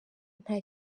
nta